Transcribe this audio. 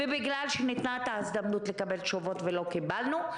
ובגלל שניתנה ההזדמנות לקבל תשובות ולא קיבלנו,